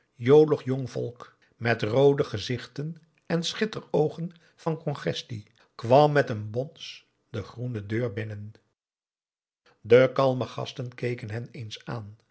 jolig jong volk met roode gezichten en schitter oogen van congestie kwam met een bons de groene deur binnen de kalme gasten keken hen eens aan